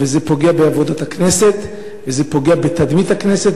וזה פוגע בעבודת הכנסת וזה פוגע בתדמית הכנסת.